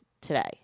today